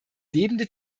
lebende